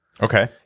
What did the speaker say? Okay